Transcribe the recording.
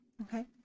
okay